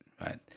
right